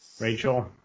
Rachel